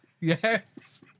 Yes